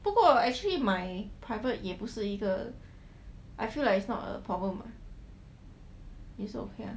不过 actually 买 private 也不是一个 I feel like it's not a problem also ya